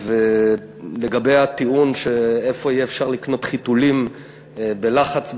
ולגבי הטיעון שאיפה יהיה אפשר לקנות חיתולים בלחץ בשבת,